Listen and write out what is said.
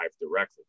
directly